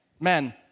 Men